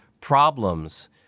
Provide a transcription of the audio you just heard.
problems